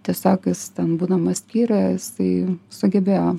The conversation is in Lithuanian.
tiesiog jis ten būdamas skyriuje jisai sugebėjo